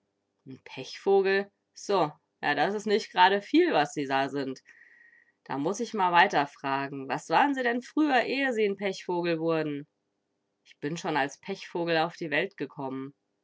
pechvogel so ja das is nich gerade viel was sie da sind da muß ich mal weiter fragen was waren sie denn früher eh sie n pechvogel wurden ich bin schon als pechvogel auf die welt gekommen